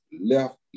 left